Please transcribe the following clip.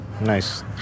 Nice